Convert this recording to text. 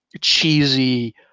cheesy